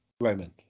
Roman